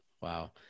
Wow